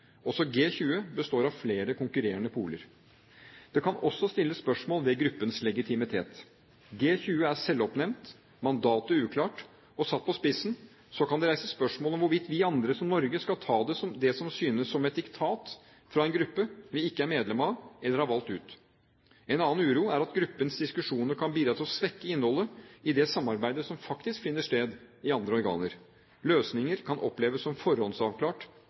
Også G20 består av flere konkurrerende poler. Det kan også stilles spørsmål ved gruppens legitimitet. G20 er selvoppnevnt, mandatet uklart, og – satt på spissen – kan det reises spørsmål om hvorvidt vi andre – som Norge – skal ta det som synes som et diktat fra en gruppe vi ikke er medlem av eller har valgt ut. En annen uro er at gruppens diskusjoner kan bidra til å svekke innholdet i det samarbeidet som faktisk finner sted i andre organer. Løsninger kan oppleves som forhåndsavklart